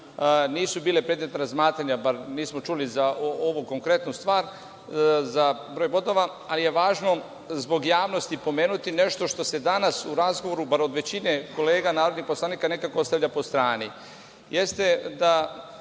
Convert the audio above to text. nisu bile predmet razmatranja, bar nismo čuli za ovu konkretnu stvar, za broj bodova, ali je važno zbog javnosti pomenuti, nešto što se danas u razgovoru bar od većine kolega narodnih poslanika nekako ostavlja po strani,